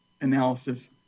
analysis